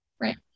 right